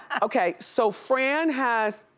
okay so fran has,